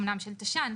אמנם של תש"ן,